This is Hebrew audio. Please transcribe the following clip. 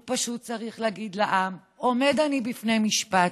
הוא פשוט צריך להגיד לעם: עומד אני בפני משפט,